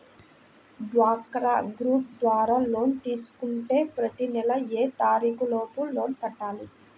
డ్వాక్రా గ్రూప్ ద్వారా లోన్ తీసుకుంటే ప్రతి నెల ఏ తారీకు లోపు లోన్ కట్టాలి?